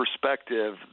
perspective